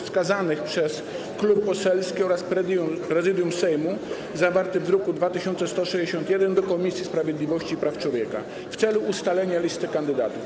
wskazanych przez klub poselski oraz Prezydium Sejmu, zawarty w druku nr 2161, do Komisji Sprawiedliwości i Praw Człowieka w celu ustalenia listy kandydatów.